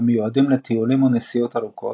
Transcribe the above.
המיועדים לטיולים ונסיעות ארוכות,